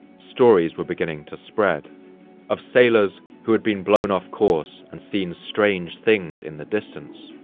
stories were beginning to spread of sailors who had been blown off-course and seen strange things in the distance.